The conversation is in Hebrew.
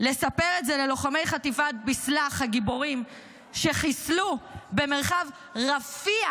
לספר את זה ללוחמי חטיבת ביסל"ח הגיבורים שחיסלו במרחב רפיח,